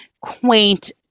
quaint